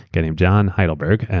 getting john heidelberg,